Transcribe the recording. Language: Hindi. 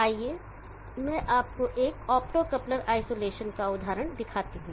आइए मैं आपको एक ऑप्टोकॉपलर आइसोलेशन उदाहरण दिखाता हूं